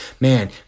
man